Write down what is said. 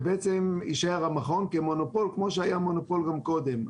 ויישאר המכון כמונופול כמו שהוא היה מונופול גם קודם.